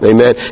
Amen